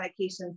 medications